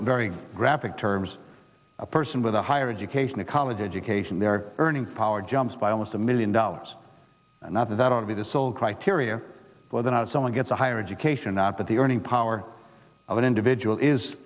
it very graphic terms a person with a higher education a college education they're earning power jumps by almost a million dollars another that ought to be the sole criteria or whether or not someone gets a higher education at the earning power of an individual is